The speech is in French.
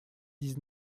dix